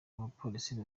abapolisi